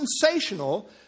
sensational